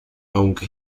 aunque